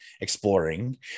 exploring